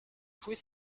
jouer